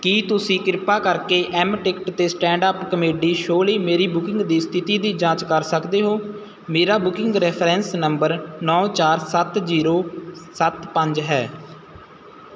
ਕੀ ਤੁਸੀਂ ਕਿਰਪਾ ਕਰਕੇ ਐੱਮ ਟਿਕਟ 'ਤੇ ਸਟੈਂਡ ਅੱਪ ਕਮੇਡੀ ਸ਼ੋਅ ਲਈ ਮੇਰੀ ਬੁਕਿੰਗ ਦੀ ਸਥਿਤੀ ਦੀ ਜਾਂਚ ਕਰ ਸਕਦੇ ਹੋ ਮੇਰਾ ਬੁਕਿੰਗ ਰੈਫਰੈਂਸ ਨੰਬਰ ਨੌਂ ਚਾਰ ਸੱਤ ਜੀਰੋ ਸੱਤ ਪੰਜ ਹੈ